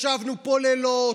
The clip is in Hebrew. ישבנו פה לילות,